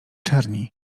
czerni